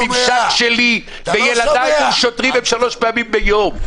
הממשק שלי וילדיי מול שוטרים שלוש פעמים ביום.